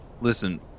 Listen